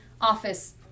office